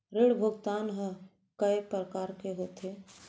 ऋण भुगतान ह कय प्रकार के होथे?